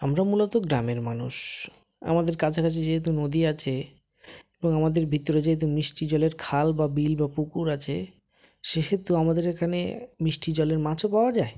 আমরা মূলত গ্রামের মানুষ আমাদের কাছাকাছি যেহেতু নদী আছে এবং আমাদের ভিতরে যেহেতু মিষ্টি জলের খাল বা বিল বা পুকুর আছে সেহেতু আমাদের এখানে মিষ্টি জলের মাছও পাওয়া যায়